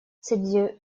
среди